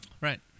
Right